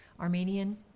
Armenian